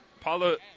Paula